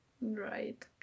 Right